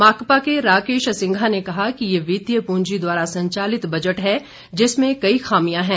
माकपा के राकेश सिंघा ने कहा कि यह वितीय पूंजी द्वारा संचालित बजट है जिसमें कई खामियां हैं